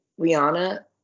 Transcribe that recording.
Rihanna